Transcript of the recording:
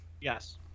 yes